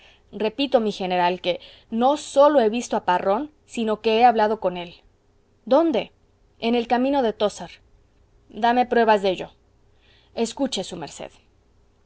repito mi general que no sólo he visto a parrón sino que he hablado con él dónde en el camino de tózar dame pruebas de ello escuche su merced